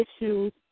issues